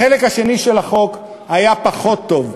החלק השני של החוק היה פחות טוב.